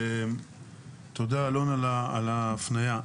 תודה, אלון, על ההפניה.